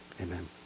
Amen